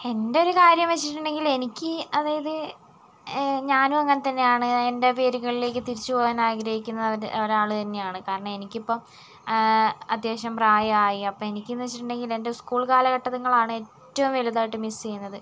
എൻ്റെ ഒരു കാര്യം വച്ചിട്ടുണ്ടെങ്കിൽ എനിക്ക് അതായത് ഞാനും അങ്ങനെതന്നെയാണ് എൻ്റെ വേരുകളിലേയ്ക്ക് തിരിച്ചു പോകാൻ ആഗ്രഹിക്കുന്ന ഒരാൾ തന്നെയാണ് കാരണം എനിക്കിപ്പം അത്യാവശ്യം പ്രായമായി അപ്പോൾ എനിക്കെന്നു വച്ചിട്ടുണ്ടെങ്കിൽ എൻ്റെ സ്കൂൾ കാലഘട്ടങ്ങളാണ് ഏറ്റവും വലുതായിട്ട് മിസ്സ് ചെയ്യുന്നത്